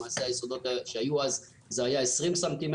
למעשה היסודות שהיו אז זה היה 20 ס"מ,